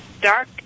dark